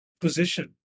position